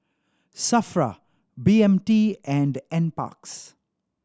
SAFRA B M T and Nparks